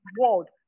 world